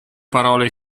parole